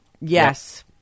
yes